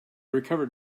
recovered